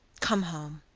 come home.